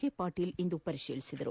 K Patil ಇಂದು ಪರಿತೀಲಿಸಿದರು